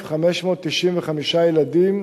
ב-127,595 ילדים,